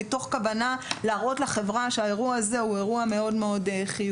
מתוך כוונה להראות לחברה שהאירוע הזה הוא אירוע חיובי.